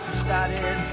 started